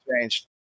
changed